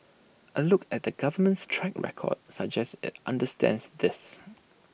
A look at the government's track record suggests IT understands this